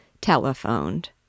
telephoned